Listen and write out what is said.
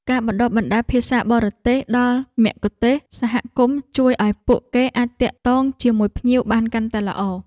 ការបណ្តុះបណ្តាលភាសាបរទេសដល់មគ្គុទ្ទេសក៍សហគមន៍ជួយឱ្យពួកគេអាចទាក់ទងជាមួយភ្ញៀវបានកាន់តែល្អ។